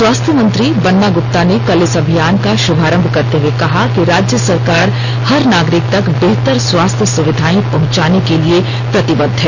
स्वास्थ्य मंत्री बन्ना गुप्ता ने कल इस अभियान का शुभारंभ करते हुए कहा कि राज्य सरकार हर नागरिक तक बेहतर स्वास्थ्य सुविधाए पहुंचाने के लिए प्रतिबद्ध है